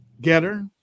Getter